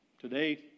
today